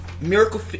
Miracle